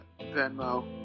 Venmo